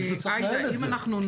מישהו צריך לנהל את זה.